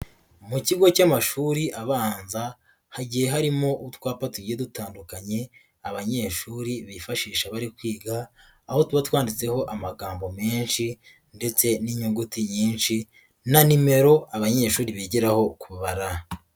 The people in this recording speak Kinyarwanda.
Mu kigo cy'amashuri abanza hagiye harimo utwapa tugiye dutandukanye, abanyeshuri bifashisha bari kwiga aho tuba twanditseho amagambo menshi ndetse n'inyuguti nyinshi, na nimero abanyeshuri bigiraho kubara.